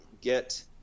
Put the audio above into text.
get